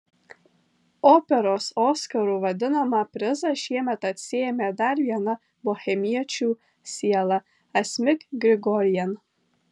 operos oskaru vadinamą prizą šiemet atsiėmė dar viena bohemiečių siela asmik grigorian